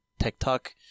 TikTok